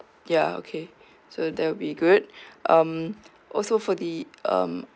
ya okay so that would be good um also for the um